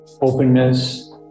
openness